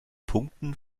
punkten